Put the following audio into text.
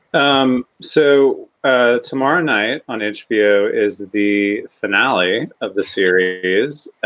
um so ah tomorrow night on hbo is the finale of the series is